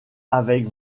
avec